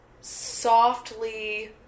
softly